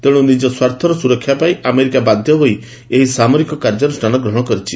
ତେଣୁ ନିଜ ସ୍ୱାର୍ଥର ସୁରକ୍ଷା ପାଇଁ ଆମେରିକା ବାଧ୍ୟ ହୋଇ ଏହି ସାମରିକ କାର୍ଯ୍ୟାନୁଷ୍ଠାନ ଗ୍ରହଣ କରିଛି